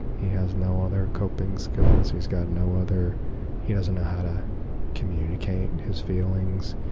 he has no other coping skills. he's got no other he doesn't know how to communicate and his feelings.